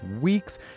weeks